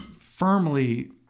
firmly